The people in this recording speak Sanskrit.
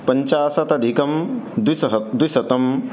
पञ्चाशत् अधिकं द्विसह द्विशतम्